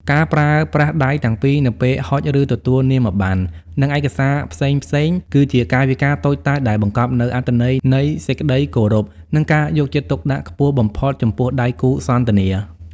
ការប្រើប្រាស់ដៃទាំងពីរនៅពេលហុច ឬទទួលនាមប័ណ្ណ និងឯកសារផ្សេងៗ គឺជាកាយវិការតូចតាចដែលបង្កប់នូវអត្ថន័យនៃសេចក្ដីគោរព និងការយកចិត្តទុកដាក់ខ្ពស់បំផុតចំពោះដៃគូសន្ទនា។